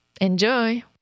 enjoy